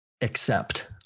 accept